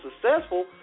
successful